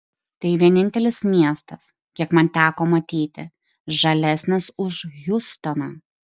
tai vienintelis miestas kiek man teko matyti žalesnis už hjustoną